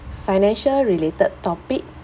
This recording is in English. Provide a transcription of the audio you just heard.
financial related topic